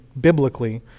biblically